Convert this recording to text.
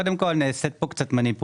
קודם כל נעשית פה קצת מניפולציה.